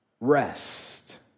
Rest